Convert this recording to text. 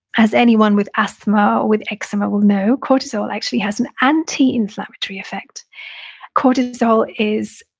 as anyone with asthma or with eczema will know, cortisol actually has an antiinflammatory effect cortisol is,